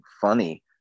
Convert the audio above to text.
funny